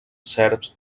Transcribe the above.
serps